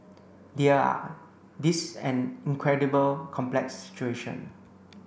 dear ah this is an incredible complex situation